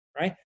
right